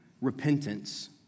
repentance